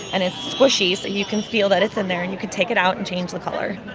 and it's squishy, so you can feel that it's in there. and you can take it out and change the color